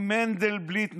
אם מנדלבליט,